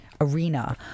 arena